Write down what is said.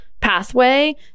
pathway